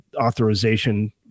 authorization